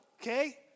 okay